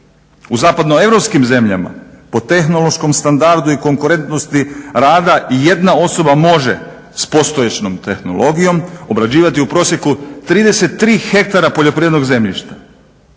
U zapadno europskim zemljama pod tehnološkom standardu i konkurentnosti rada i jedna osoba može s postojećom tehnologijom obrađivati u prosjeku 33 ha poljoprivrednog zemljišta